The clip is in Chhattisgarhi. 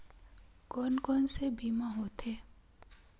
कोन कोन से बीमा होथे?